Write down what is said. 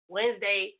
Wednesday